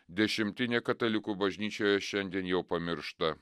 dešimtinė katalikų bažnyčioje šiandien jau pamiršta